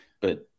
But-